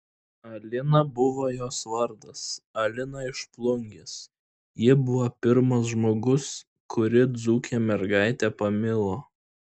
alina buvo jos vardas alina iš plungės ji buvo pirmas žmogus kurį dzūkė mergaitė pamilo